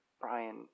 Brian